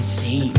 see